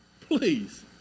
Please